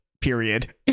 period